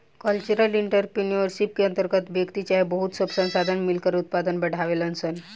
cultural entrepreneurship के अंतर्गत व्यक्ति चाहे बहुत सब संस्थान मिलकर उत्पाद बढ़ावेलन सन